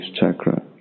chakra